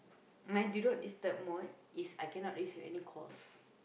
my do not disturb mode is I cannot receive any calls